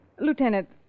Lieutenant